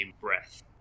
breath